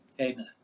Amen